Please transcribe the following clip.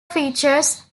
features